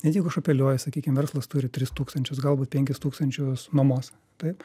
net jeigu aš apeliuoju sakykim verslas turi tris tūkstančius galbūt penkis tūkstančius nuomos taip